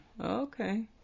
okay